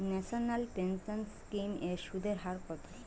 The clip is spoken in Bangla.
ন্যাশনাল পেনশন স্কিম এর সুদের হার কত?